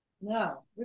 No